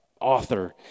author